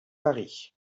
paris